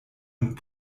und